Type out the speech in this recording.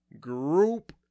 group